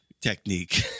technique